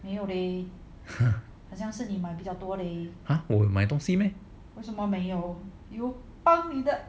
我有买东西吗